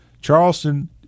charleston